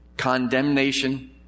Condemnation